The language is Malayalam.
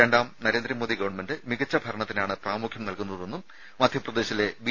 രണ്ടാം നരേന്ദ്രമോദി ഗവൺമെന്റ് മികച്ച ഭരണത്തിനാണ് പ്രാമുഖ്യം നൽകുന്നതെന്നും മധ്യപ്രദേശിലെ ബി